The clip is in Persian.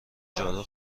جارو